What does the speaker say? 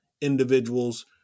individuals